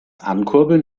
ankurbeln